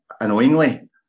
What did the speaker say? annoyingly